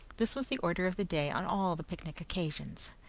this was the order of the day on all the picnic occasions,